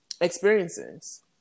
experiences